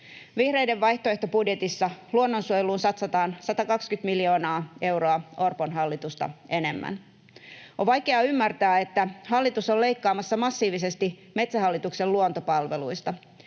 Vihreiden vaihtoehtobudjetissa luonnonsuojeluun satsataan 120 miljoonaa euroa Orpon hallitusta enemmän. On vaikea ymmärtää, että hallitus on leikkaamassa massiivisesti Metsähallituksen luontopalveluista.